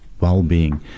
well-being